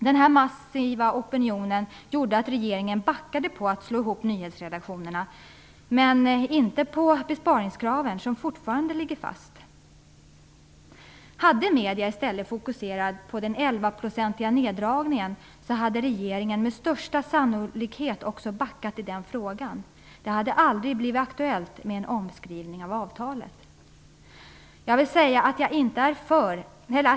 Den massiva opinionen gjorde att regeringen backade när det gällde att slå ihop nyhetsredaktionerna, men inte när det gällde besparingskraven, som fortfarande ligger fast. Hade medierna i stället fokuserat den 11-procentiga neddragningen, hade regeringen med största sannolikhet backat också i den frågan. Det hade aldrig blivit aktuellt med en omskrivning av avtalet.